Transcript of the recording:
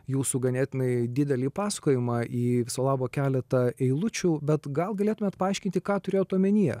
jūsų ganėtinai didelį pasakojimą į viso labo keletą eilučių bet gal galėtumėt paaiškinti ką turėjot omenyje